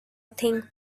think